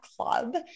club